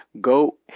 go